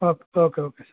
okay okay okay